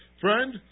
Friend